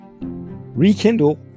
rekindle